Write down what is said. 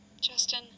Justin